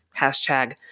Hashtag